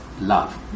love